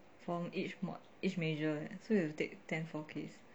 for each mod each major leh so you have to take ten four ks